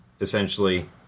essentially